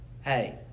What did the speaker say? hey